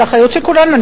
זה אחריות של כולנו.